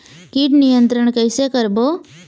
कीट नियंत्रण कइसे करबो?